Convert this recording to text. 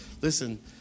listen